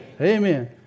Amen